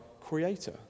creator